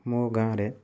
ମୋ ଗାଁରେ